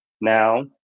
Now